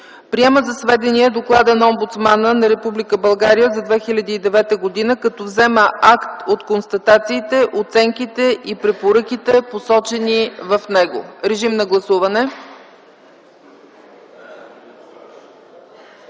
Приема за сведение Доклада на омбудсмана на Република България за 2009 г. като взема акт от констатациите, оценките и препоръките, посочени в него.” Режим на гласуване!